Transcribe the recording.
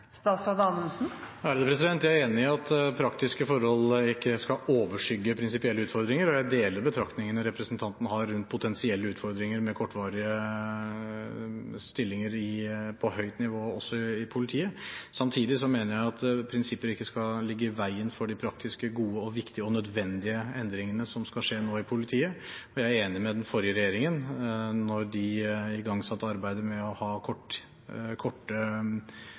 Jeg er enig i at praktiske forhold ikke skal overskygge prinsipielle utfordringer, og jeg deler betraktningene representanten har rundt potensielle utfordringer med kortvarige stillinger på høyt nivå også i politiet. Samtidig mener jeg at prinsipper ikke skal ligge i veien for de praktiske, gode, viktige og nødvendige endringene som nå skal skje i politiet. Jeg er enig i det den forrige regjeringen gjorde da de igangsatte arbeidet med å ha